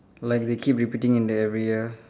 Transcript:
like they keep repeating in the every year